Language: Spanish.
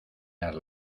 dar